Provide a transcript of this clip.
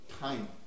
time